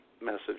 message